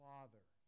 Father